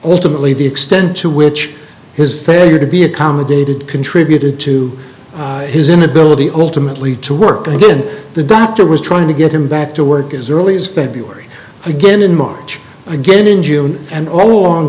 ultimately the extent to which his failure to be accommodated contributed to his inability ultimately to work again the doctor was trying to get him back to work as early as february again in march again in june and all along